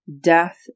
death